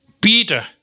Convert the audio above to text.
Peter